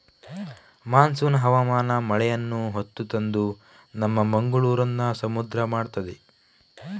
monsoon ಹವಾಮಾನ ಮಳೆಯನ್ನ ಹೊತ್ತು ತಂದು ನಮ್ಮ ಮಂಗಳೂರನ್ನ ಸಮುದ್ರ ಮಾಡ್ತದೆ